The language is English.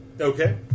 Okay